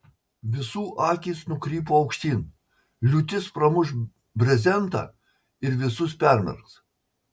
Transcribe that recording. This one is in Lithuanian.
visų akys nukrypo aukštyn liūtis pramuš brezentą ir visus permerks